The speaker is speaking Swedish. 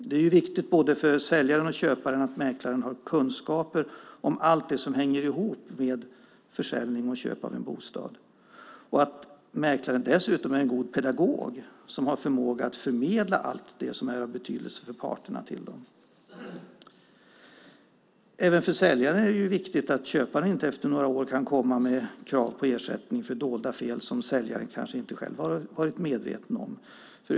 Det är ju viktigt för både säljaren och köparen att mäklaren har kunskaper om allt det som hänger ihop med försäljning och köp av en bostad och att mäklaren dessutom är en god pedagog som har förmåga att förmedla allt som är av betydelse för parterna. Även för säljaren är det viktigt att köparen inte efter några år kan komma med krav på ersättning för dolda fel som säljaren kanske inte själv har varit medveten om.